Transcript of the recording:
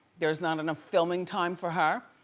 there's not enough filming time for her,